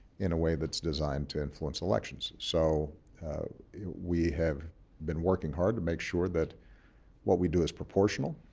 in a way that's designed to influence elections. so we have been working hard to make sure that what we do is proportional.